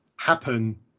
happen